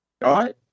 right